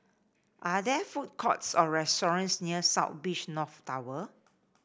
are there food courts or restaurants near South Beach North Tower